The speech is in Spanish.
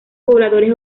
pobladores